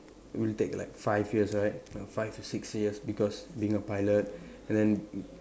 will take like five years right five to six years because being a pilot and then